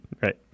Right